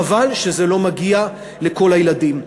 חבל שזה לא מגיע לכל הילדים.